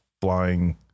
flying